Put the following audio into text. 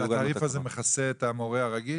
אבל התעריף הזה מכסה את המורה הרגיל?